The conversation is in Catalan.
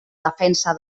defensa